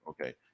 Okay